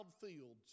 fields